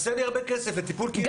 חסר לי הרבה כסף לטיפול קהילתי.